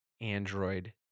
Android